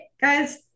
guys